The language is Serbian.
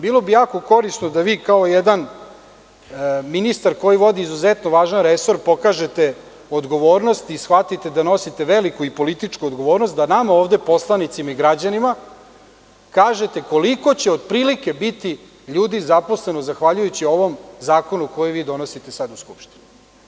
Bilo bi jako korisno da vi kao jedan ministar koji vodi izuzetno važan resor pokažete odgovornost i shvatite da nosite veliki i političku odgovornost da nama ovde poslanicima i građanima kažete koliko će otprilike biti ljudi zaposleno zahvaljujući ovom zakonu koji vi sada donosite u Skupštini.